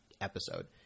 episode